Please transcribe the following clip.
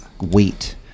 weight